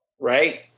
right